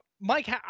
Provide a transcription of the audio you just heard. Mike